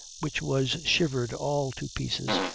which was shivered all to pieces,